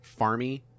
farmy